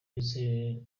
yuzuye